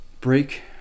break